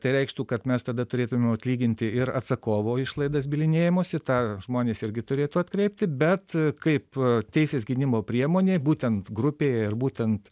tai reikštų kad mes tada turėtumėm atlyginti ir atsakovo išlaidas bylinėjimosi tą žmonės irgi turėtų atkreipti bet kaip teisės gynimo priemonė būtent grupėje ir būtent